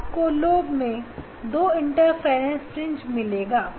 आपको lobe मैं दो इंटरफ्रेंस फ्रिंजेस मिलेगा